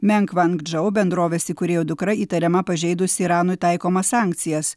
menk vang džau bendrovės įkūrėjo dukra įtariama pažeidusi iranui taikomas sankcijas